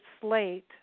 slate